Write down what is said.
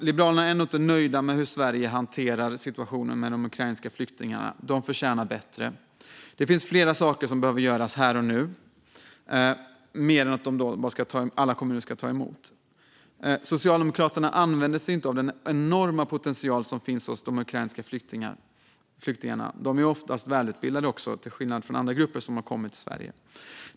Liberalerna är ändå inte nöjda med hur Sverige hanterar situationen med de ukrainska flyktingarna. De förtjänar bättre. Det finns flera saker som behöver göras här och nu mer än att alla kommuner ska ta emot flyktingar. Socialdemokraterna använder sig inte av den enorma potential som finns hos de ukrainska flyktingarna. De är oftast välutbildade, till skillnad från andra grupper som har kommit till Sverige.